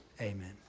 Amen